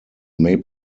may